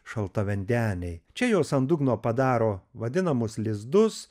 šaltavandeniai čia juos ant dugno padaro vadinamos lizdus